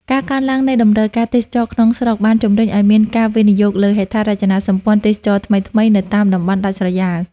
ការកើនឡើងនៃតម្រូវការទេសចរណ៍ក្នុងស្រុកបានជំរុញឱ្យមានការវិនិយោគលើហេដ្ឋារចនាសម្ព័ន្ធទេសចរណ៍ថ្មីៗនៅតាមតំបន់ដាច់ស្រយាល។